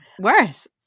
worse